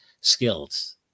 skills